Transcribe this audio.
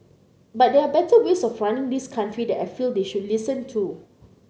but there are better ways of running this country that I feel they should listen to